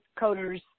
Coders